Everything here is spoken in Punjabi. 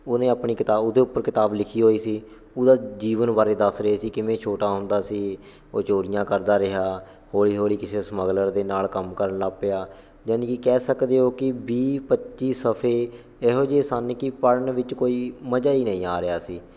ਉਹਨੇ ਆਪਣੀ ਕਿਤਾਬ ਉਹਦੇ ਉੱਪਰ ਕਿਤਾਬ ਲਿਖੀ ਹੋਈ ਸੀ ਉਹਦਾ ਜੀਵਨ ਬਾਰੇ ਦੱਸ ਰਹੇ ਸੀ ਕਿਵੇਂ ਛੋਟਾ ਹੁੰਦਾ ਸੀ ਉਹ ਚੋਰੀਆਂ ਕਰਦਾ ਰਿਹਾ ਹੌਲੀ ਹੌਲੀ ਕਿਸੇ ਸਮੱਗਲਰ ਦੇ ਨਾਲ ਕੰਮ ਕਰਨ ਲੱਗ ਪਿਆ ਯਾਨੀ ਕਿ ਕਹਿ ਸਕਦੇ ਹੋ ਕਿ ਵੀਹ ਪੱਚੀ ਸਫੇ ਇਹੋ ਜਿਹੇ ਸਨ ਕਿ ਪੜ੍ਹਨ ਵਿੱਚ ਕੋਈ ਮਜ਼ਾ ਹੀ ਨਹੀਂ ਆ ਰਿਹਾ ਸੀ